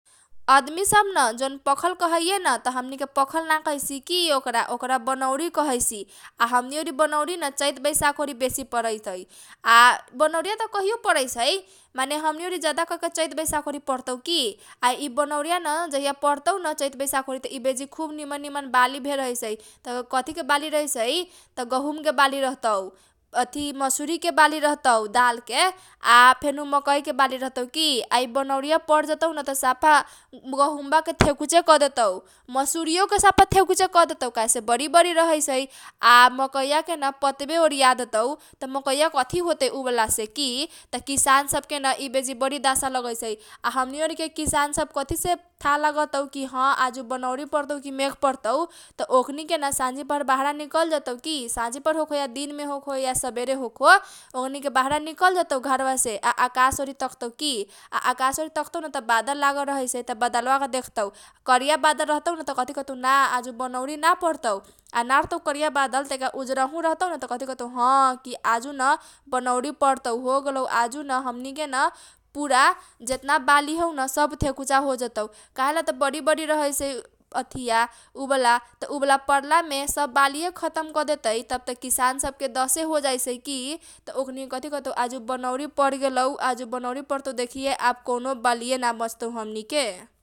अदमी सब न जौन पखल कहैए न त हमनीके पखल ना कहसी की ओकरा ओकरा बनौरी कहैसी आ हमनी ओरी बनौरी न चैत, बैशाख ओरी बेसी परैसै। आ बनौरीया त कहीयो परैसै माने हमनी जादा करके चैत बैशाख ओरी परतौ की आ इ बनौरीया न जहिया परतौन चैत बैशाख ओरी इ बेजी खुब निमन निमन बाली भेल रहैसै त कथी के बाली रहैसै त गहुमके बाली रहतौ, अथी मसुरीके बाली रहतौ दालके आ फेनु मकैके बाली रहतौ की आ बनौरीया पर जतौन त सफा गहुम बाके थेकुचे करदेतौ, मसुरीयोके थेकुचे करदेतौ काहेसे बरी बरी रहैसै आ मकैया केन पतबे ओरीया देतौ त मकैया कथी होतौ उ बाला से की त किसान सब केन इ बेजी बरी दासा लगैसै। आ हमनी ओरी के किसान सब कथी से थाह लगतौ की ह आजु बनौरी परतौ की मेघ परतौ त ओकनीके न साझी पहर बहारा निकल जतौ की साझी पहर होखो या दिन मे होखो यि सबेरे होखो ओकनीके बहारा निकल जतौ घरबा से आ आकाश ओरी तकतौ की। आ आकाश ओरी तकतौ न त बादल लागल रहसै त बदलबाके देखतौ करिया बादल लागल देखतौ र कहतौ ना आजु बनौरी न परतौ आ ना रहतौ करीया बादल तनका उजरहु रहतोन त कथी कहतौ ह की आजु न बनौरी परतौ होगेलौ आजु न हमनी के न पुरा जेतना बाली हौन सब थेकुचा होजतौ। त काहेला त बरी बरी रहैसै कथीया उ बाला त उ वाला परला मे सब बालीये खतम करदेतै त किसान सब के दसे होजाइसै की त ओकनीके कथी कहतौ बनौरी परगेलौ आजु बनौरी परतौ देखिहे अब कौनो बालीए त बचतौ हमनी के।